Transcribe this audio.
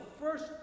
first